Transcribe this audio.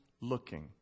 looking